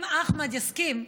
אם אחמד יסכים,